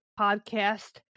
podcast